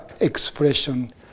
expression